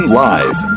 live